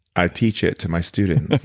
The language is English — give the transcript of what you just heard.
i teach it to my students